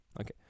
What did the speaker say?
okay